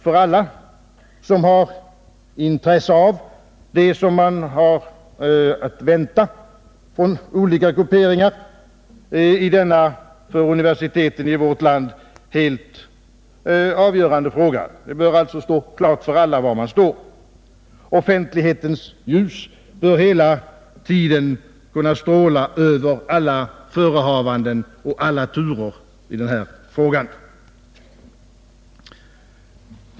För alla som har intresse av det som man har att vänta från olika grupperingar i denna för universiteten i vårt land helt avgörande fråga bör det från början stå klart vilken uppfattning olika partier företräder. Offentlighetens ljus bör hela tiden kunna stråla över alla förehavanden och turer i denna fråga.